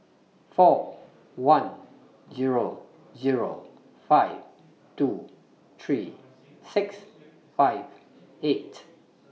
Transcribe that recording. four one Zero Zero five two three six five eight